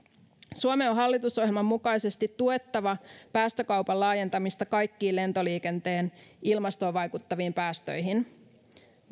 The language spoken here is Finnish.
suomen on hallitusohjelman mukaisesti tuettava päästökaupan laajentamista kaikkiin lentoliikenteen ilmastoon vaikuttaviin päästöihin